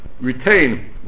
retain